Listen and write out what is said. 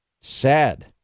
Sad